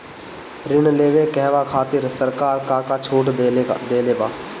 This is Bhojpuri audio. ऋण लेवे कहवा खातिर सरकार का का छूट देले बा?